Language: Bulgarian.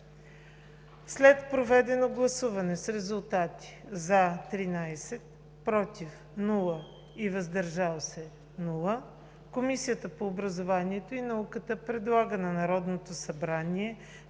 След проведено гласуване с резултати: 13 гласа „за“, без „против“ и „въздържал се“, Комисията по образованието и науката предлага на Народното събрание